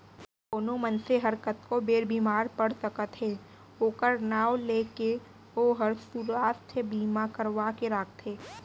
कोनो मनसे हर कतको बेर बीमार पड़ सकत हे ओकर नांव ले के ओहर सुवास्थ बीमा करवा के राखथे